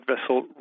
vessel